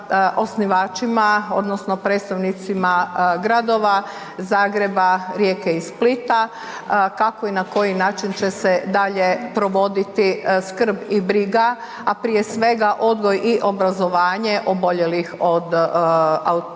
osnivačima odnosno predstavnicima gradova Zagreba, Rijeke i Splita, kako i na koji način će se dalje provoditi skrb i briga, a prije svega odgoj i obrazovanje oboljelih od auti